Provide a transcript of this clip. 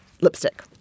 lipstick